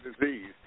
disease